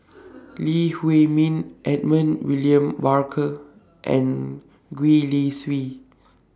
Lee Huei Min Edmund William Barker and Gwee Li Sui